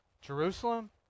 Jerusalem